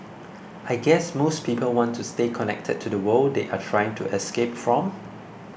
I guess most people want to stay connected to the world they are trying to escape from